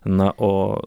na o